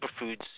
superfoods